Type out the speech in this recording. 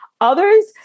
Others